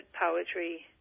poetry